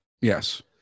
yes